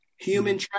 human